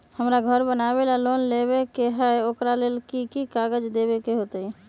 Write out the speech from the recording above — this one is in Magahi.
हमरा घर बनाबे ला लोन लेबे के है, ओकरा ला कि कि काग़ज देबे के होयत?